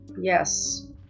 yes